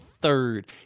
third